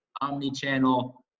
omni-channel